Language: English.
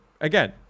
Again